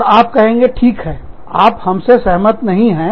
और आप कहेंगे ठीक है आप हमसे सहमत नहीं हैं